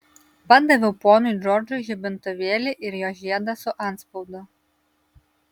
padaviau ponui džordžui žibintuvėlį ir jo žiedą su antspaudu